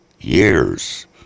years